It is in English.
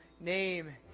name